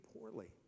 poorly